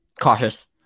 cautious